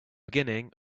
beginning